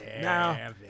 Now